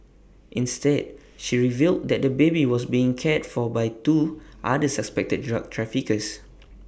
instead she revealed that the baby was being cared for by two other suspected drug traffickers